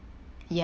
ya